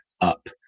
up